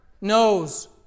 knows